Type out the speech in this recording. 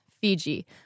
Fiji